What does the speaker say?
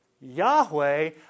Yahweh